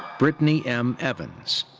britany m. evans.